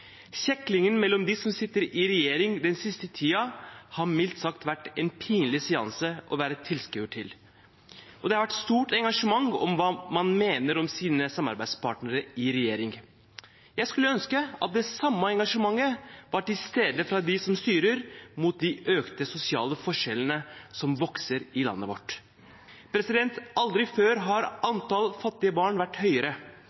Kjeklingen den siste tiden mellom dem som sitter i regjering, har mildt sagt vært en pinlig seanse å være tilskuer til. Det har vært stort engasjement om hva man mener om sine samarbeidspartnere i regjering. Jeg skulle ønske at det samme engasjementet var til stede fra dem som styrer mot de økte sosiale forskjellene som vokser i landet vårt. Aldri før har